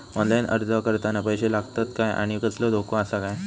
Online अर्ज करताना पैशे लागतत काय आनी कसलो धोको आसा काय?